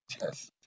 Yes